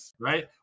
right